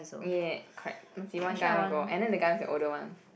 yeah correct okay one guy one girl and then the guy must be older one